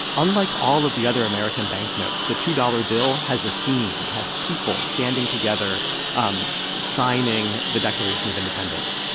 unlike all of the other american banknotes, the two dollars bill has a scene. it has people standing together um signing the declaration of independence.